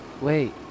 wait